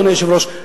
אדוני היושב-ראש,